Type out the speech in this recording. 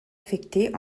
affectés